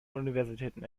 universitäten